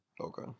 Okay